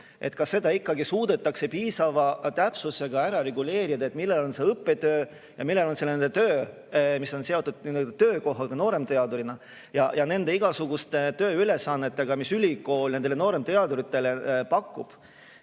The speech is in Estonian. on, kas seda ikka suudetakse piisava täpsusega ära reguleerida, millal on õppetöö ja millal on töö, mis on seotud töökohaga nooremteadurina ja igasuguste tööülesannetega, mis ülikool nooremteaduritele pakub.